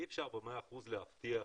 אי אפשר ב-100 אחוזים להבטיח.